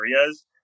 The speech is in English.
areas